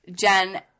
Jen